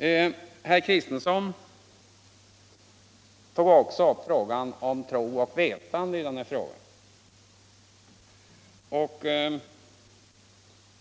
den. Herr Kristenson tog också upp frågan om tro och vetande i dessa frågor.